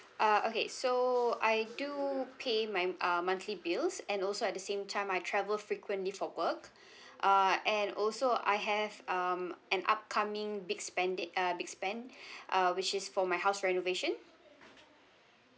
uh okay so I do pay my uh monthly bills and also at the same time I travel frequently for work uh and also I have um an upcoming big spending uh big spend uh which is for my house renovation